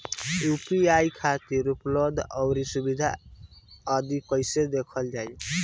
UPI खातिर उपलब्ध आउर सुविधा आदि कइसे देखल जाइ?